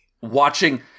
watching